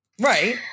Right